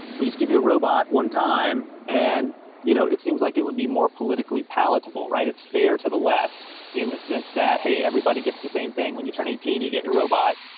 we just give you a robot one time and you know it seems like it would be more politically palatable, right? it's fair to the left in the sense, hey, everybody gets the same thing. when you turn eighteen, you get your robot.